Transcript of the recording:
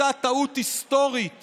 אותה טעות היסטורית